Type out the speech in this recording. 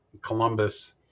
Columbus